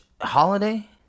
holiday